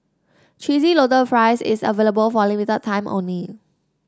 Cheesy Loaded Fries is available for a limited time only